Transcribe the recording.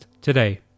today